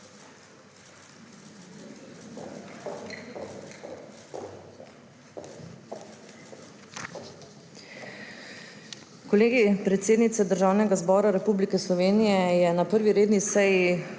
Kolegij predsednice Državnega zbora Republike Slovenije je na 1. redni seji